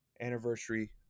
anniversary